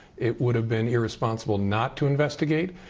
it would have been irresponsible not to investigate.